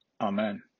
Amen